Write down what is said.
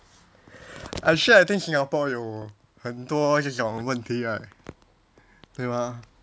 actually I think singapore 有很多这种问题 right 对吗